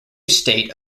state